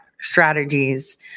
strategies